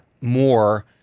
more